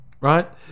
right